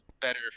better